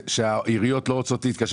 שהעיריות לא רוצות להתקשר,